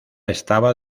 estaba